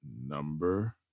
Number